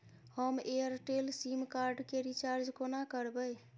हम Airtel SIM card केँ recharge कोना करबै?